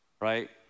right